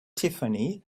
tiffany